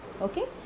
Okay